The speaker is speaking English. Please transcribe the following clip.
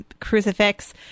crucifix